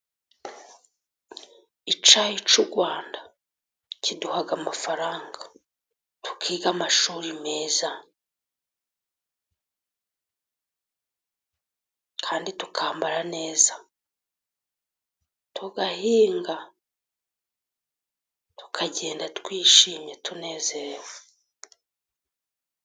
Icyayi cy'u Rwanda kiduha amafaranga tukiga amashuri meza, kandi tukambara neza. Tugahinga tukagenda twishimye tunezerewe.